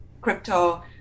crypto